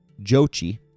Jochi